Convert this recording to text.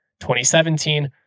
2017